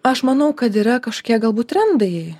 aš manau kad yra kažkokie galbūt trendai